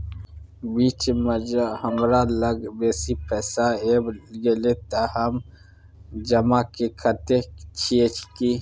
बीच म ज हमरा लग बेसी पैसा ऐब गेले त हम जमा के सके छिए की?